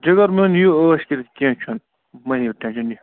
جِگر میون یِیِو عٲش کٔرِتھ کیٚنٛہہ چھُنہٕ مَہ ہیٚیِو ٹٮ۪نشَن یہِ